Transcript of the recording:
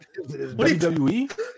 WWE